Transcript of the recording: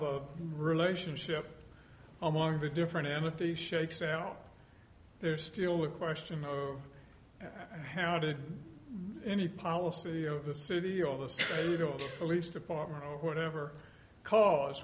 the relationship among the different entities shakes out there's still a question of how did any policy the city of this police department or whatever cause